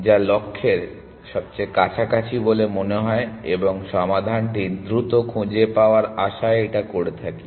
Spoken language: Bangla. যা লক্ষ্যের সবচেয়ে কাছাকাছি বলে মনে হয় এবং সমাধানটি দ্রুত খুঁজে পাওয়ার আশায় এটা করে থাকি